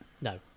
No